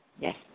Yes